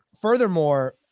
furthermore